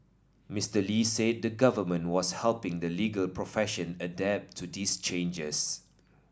Mister Lee said the Government was helping the legal profession adapt to these changes